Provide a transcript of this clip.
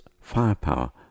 firepower